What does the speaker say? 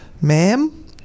Ma'am